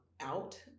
out